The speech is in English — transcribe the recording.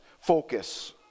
focus